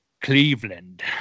Cleveland